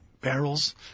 barrels